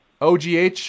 OGH